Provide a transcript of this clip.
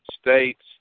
state's